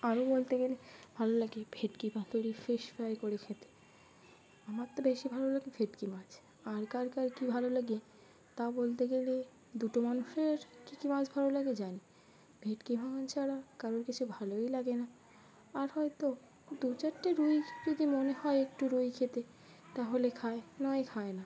আরও বলতে গেলে ভালো লাগে ভেটকি পাতুরি ফিশ ফ্রাই করে খেতে আমার তো বেশি ভালো লাগে ভেটকি মাছ আর কার কার কী ভালো লাগে তা বলতে গেলে দুটো মানুষের কী কী মাছ ভালো লাগে জানি ভেটকি ভাঙন ছাড়া কারোর কিছু ভালোই লাগে না আর হয়তো দু চারটে রুই যদি মনে হয় একটু রুই খেতে তাহলে খায় নয় খায় না